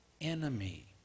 enemy